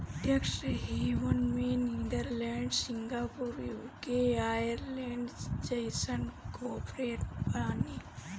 tax haven में Netherlands, Singapore, UK, Ireland जइसन corporate बाने